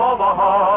Omaha